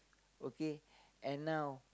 okay and now